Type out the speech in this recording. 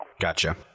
Gotcha